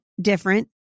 different